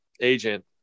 agent